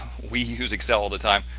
we use excel all the time.